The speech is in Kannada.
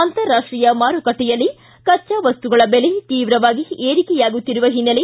ಅಂತಾರಾಷ್ಟೀಯ ಮಾರುಕಟ್ಟೆಯಲ್ಲಿ ಕಚ್ಚಾ ವಸ್ತುಗಳ ಬೆಲೆ ತೀವ್ರವಾಗಿ ಏರಿಕೆಯಾಗುತ್ತಿರುವ ಓನ್ನೆಲೆ